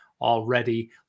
already